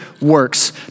works